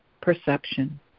perception